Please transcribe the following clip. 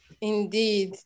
Indeed